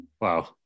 Wow